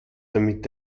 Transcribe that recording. damit